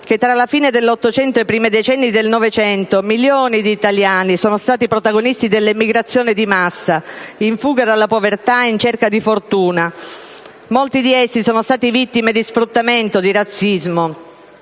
che tra la fine dell'Ottocento e i primi decenni del Novecento milioni di italiani sono stati i protagonisti dell'emigrazione di massa, in fuga dalla povertà e in cerca di fortuna. Molti di essi sono stati vittime di sfruttamento e di razzismo.